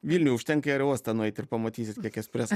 vilniuj užtenka į aerouostą nueit ir pamatysit kiek espreso